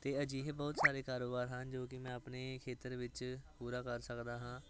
ਅਤੇ ਅਜਿਹੇ ਬਹੁਤ ਸਾਰੇ ਕਾਰੋਬਾਰ ਹਨ ਜੋ ਕਿ ਮੈਂ ਆਪਣੇ ਖੇਤਰ ਵਿੱਚ ਪੂਰਾ ਕਰ ਸਕਦਾ ਹਾਂ